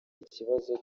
ikibazo